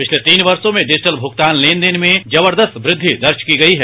पिछले तीन वर्षो में डिजिटल भूगतान लेनदेन में जबरदस्त वृद्धि दर्ज की गई है